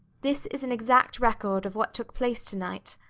this is an exact record of what took place to-night.